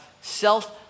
self